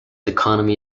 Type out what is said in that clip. economy